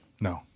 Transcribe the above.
No